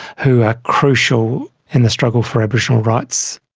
who are crucial in the struggle for aboriginal rights.